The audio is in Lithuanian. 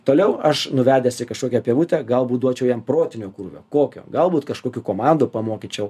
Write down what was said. toliau aš nuvedęs į kažkokią pievutę galbūt duočiau jam protinio krūvio kokio galbūt kažkokių komandų pamokyčiau